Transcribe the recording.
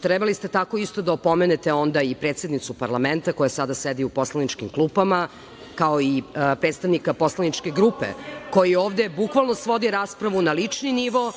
trebali ste tako isto da opomenete onda i predsednicu parlamenta koja sada sedi u poslaničkim klupama, kao i predstavnika poslaničke grupe koji ovde bukvalno svodi raspravu na lični novu